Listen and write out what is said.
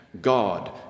God